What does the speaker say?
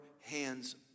hands